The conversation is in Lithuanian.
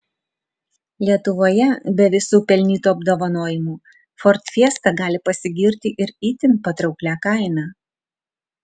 lietuvoje be visų pelnytų apdovanojimų ford fiesta gali pasigirti ir itin patrauklia kaina